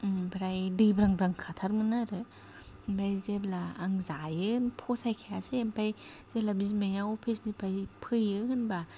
ओमफ्राय दैब्रांब्रांखाथारमोन आरो ओमफाय जेब्ला आं जायो फसायखायासै ओमफाय जेला बिमाया अ'फिसनिफ्राय फैयो होनबा